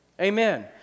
Amen